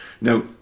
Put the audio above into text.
Now